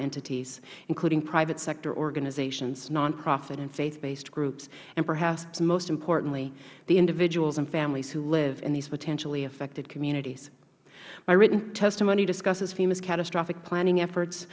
entities including private sector organizations non profit and faith based groups and perhaps most important the individuals and families who live in these potentially affected communities my written testimony discusses femas catastrophic planning efforts